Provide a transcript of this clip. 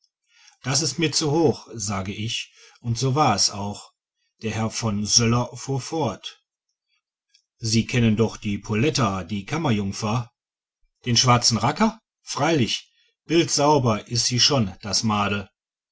das ist mir zu hoch sage ich und so war es auch der herr von söller fuhr fort sie kennen doch die poletta die kammerjungfer den schwarzen racker freilich bildsauber is sie schon das madel